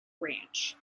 ranch